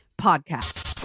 Podcast